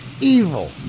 evil